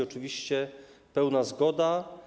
Oczywiście, pełna zgoda.